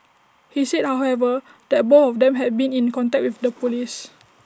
he said however that both of them had been in contact with the Police